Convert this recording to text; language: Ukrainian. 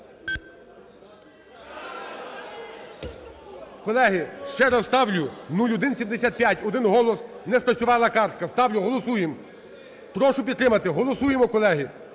Колеги, ще раз ставлю 0175. Один голос не спрацювала картка. Ставлю, голосуємо, прошу підтримати. Голосуємо, колеги.